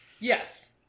yes